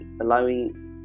allowing